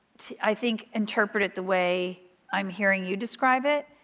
i think, interpret it the way i'm hearing you describe it.